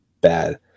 bad